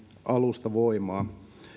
alusta voimaan